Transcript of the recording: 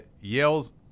Yale's